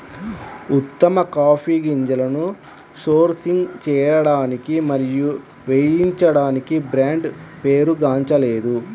ఉత్తమ కాఫీ గింజలను సోర్సింగ్ చేయడానికి మరియు వేయించడానికి బ్రాండ్ పేరుగాంచలేదు